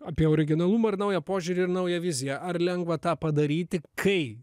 apie originalumą ir naują požiūrį ir naują viziją ar lengva tą padaryti kai